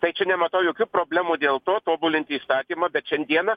tai čia nematau jokių problemų dėl to tobulinti įstatymą bet šiandieną